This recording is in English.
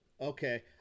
Okay